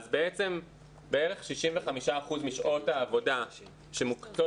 אז בעצם בערך 65% משעות העבודה שמוקצות